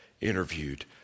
interviewed